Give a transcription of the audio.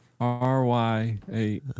R-Y-A